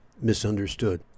misunderstood